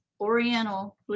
Oriental